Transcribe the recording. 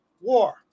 war